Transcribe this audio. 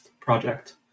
project